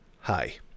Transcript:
Hi